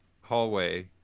hallway